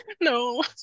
No